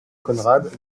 conrad